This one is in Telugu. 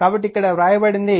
కాబట్టి ఇక్కడ వ్రాయబడింది